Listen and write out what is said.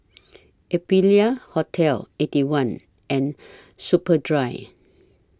Aprilia Hotel Eighty One and Superdry